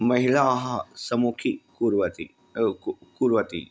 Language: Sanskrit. महिलाः सम्मुखी कुर्वन्ति कुर्वन्ति